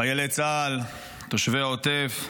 חיילי צה"ל, תושבי העוטף,